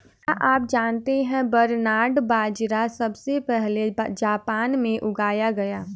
क्या आप जानते है बरनार्ड बाजरा सबसे पहले जापान में उगाया गया